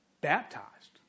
baptized